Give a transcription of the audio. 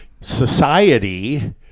Society